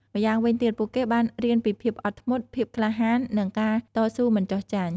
ម្យ៉ាងវិញទៀត ពួកគេបានរៀនពីភាពអត់ធ្មត់ ភាពក្លាហាន និងការតស៊ូមិនចុះចាញ់។